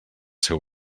seu